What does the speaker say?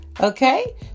okay